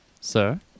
Sir